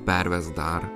pervesk dar